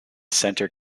center